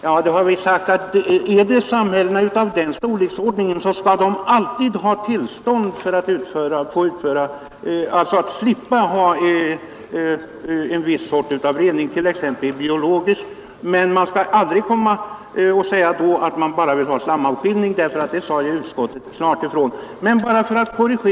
Ja, vi har sagt att samhällen av den storleksordningen alltid skall ha tillstånd för att slippa ha en viss sort av rening, t.ex. biologisk, men då skall man aldrig komma och säga att man bara vill ha slamavskiljning, det framhölls klart när miljöskyddslagen antogs 1969.